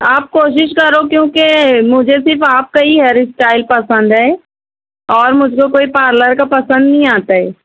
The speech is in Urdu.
آپ کوشش کرو کیونکہ مجھے صرف آپ کا ہی ہیئر اسٹائل پسند ہے اور مجھ کو کوئی پارلر کا پسند نہیں آتا ہے